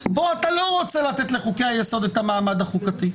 כאן אתה לא רוצה לתת לחוקי היסוד את המעמד החוקתי.